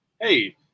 Hey